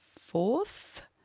fourth